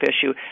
issue